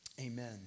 Amen